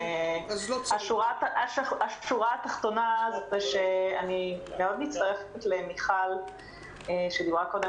השורה התחתונה היא שאני מצטרפת למיכל שלו רייכר,